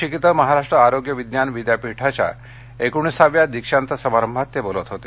नाशिक इथं महाराष्ट्र आरोग्य विज्ञान विद्यापीठाच्या एकोणिसाव्या दीक्षान्त समारंभात ते बोलत होते